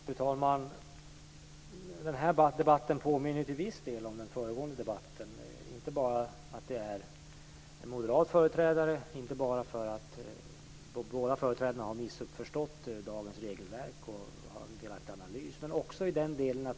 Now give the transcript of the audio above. Fru talman! Till viss del påminner den här debatten om föregående debatt, inte bara därför att det är en moderat företrädare i båda fallen och inte bara därför att de båda moderata företrädarna har missförstått dagens regelverk och gör en felaktig analys utan också därför att det handlar om att bli populär.